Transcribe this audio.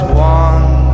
one